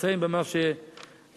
אסיים במה שהתחלתי.